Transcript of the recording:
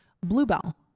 bluebell